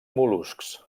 mol·luscs